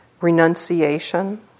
renunciation